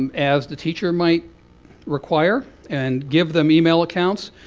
um as the teacher might require, and give them email accounts.